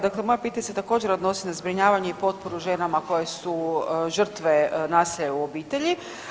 Dakle, moje pitanje se također odnosi na zbrinjavanje i potporu ženama koje su žrtve nasilja u obitelji.